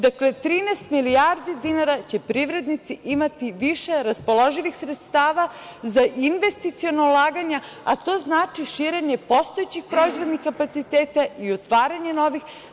Dakle, 13 milijardi dinara će privrednici imati više raspoloživih sredstava za investiciona ulaganja, a to znači širenje postojećih proizvodnih kapaciteta i otvaranje novih.